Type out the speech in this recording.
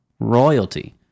royalty